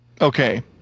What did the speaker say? Okay